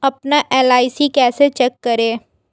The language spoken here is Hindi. अपना एल.आई.सी कैसे चेक करें?